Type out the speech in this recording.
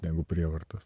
negu prievarta